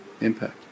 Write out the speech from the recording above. impact